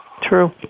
True